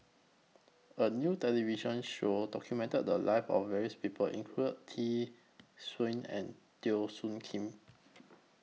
A New television Show documented The Lives of various People include Tee Suan and Teo Soon Kim